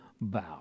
bow